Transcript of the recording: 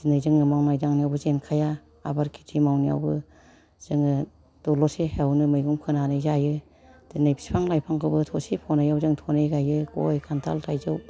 दिनै जोङो मावनाय दांनायावबो जेनखाया आबाद खेथि मावनायावबो जोङो दलरसे हायावनो मैगं फोनानै जायो दिनै फिफां लाइफांखौबो थसे फनायाव जों थनै गाइयो गय खान्थाल थायजौ